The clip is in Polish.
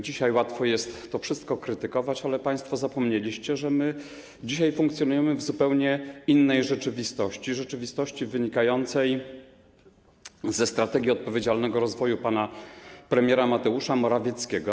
Dzisiaj łatwo jest to wszystko krytykować, ale państwo zapomnieliście, że dziś funkcjonujemy w zupełnie innej rzeczywistości, rzeczywistości wynikającej ze strategii odpowiedzialnego rozwoju pana premiera Mateusza Morawieckiego.